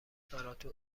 براتون